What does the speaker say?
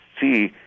see